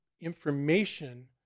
information